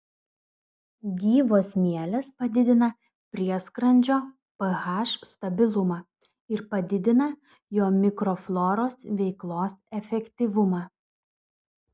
gyvos mielės padidina prieskrandžio ph stabilumą ir padidina jo mikrofloros veiklos efektyvumą